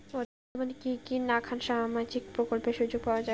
বর্তমানে কি কি নাখান সামাজিক প্রকল্পের সুযোগ পাওয়া যায়?